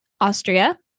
Austria